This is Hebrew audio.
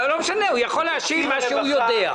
לא משנה, הוא יכול להשיב מה שהוא יודע.